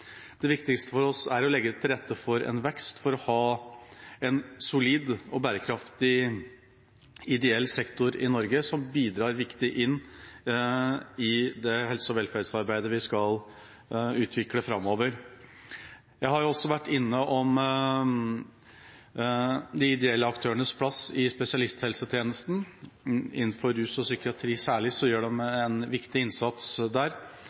Det viktigste for oss er å legge til rette for vekst for å ha en solid og bærekraftig ideell sektor i Norge, som et viktig bidrag til det helse- og velferdsarbeidet vi skal utvikle framover. Jeg har også vært innom de ideelle aktørenes plass i spesialisthelsetjenesten innenfor rus og psykiatri. De gjør en særlig viktig innsats der.